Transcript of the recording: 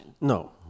No